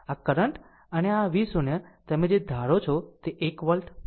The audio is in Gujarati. આ કરંટ અને આ V0 તમે જે ધારે છે તે 1 વોલ્ટ 2 વોલ્ટ માની શકો છો